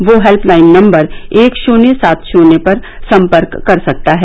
वो helpline number एक शुन्य सात शुन्य पर संपर्क कर सकता है